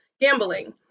gambling